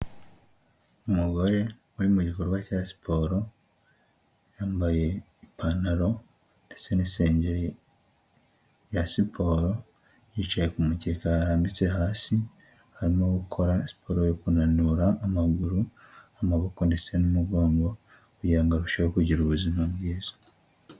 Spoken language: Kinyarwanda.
Umugore uri mugikorwa cya siporo, yambaye ipantaro ndetse n'isengeri ya siporo, yicaye ku umukeka ararambitse hasi, arimo gukokora siporo yo kunanura amaguru, amaboko, ndetse n'umugongo, kugirango arusheho kugira ubuzima bwiza.